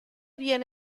bien